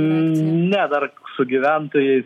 ne dar su gyventojais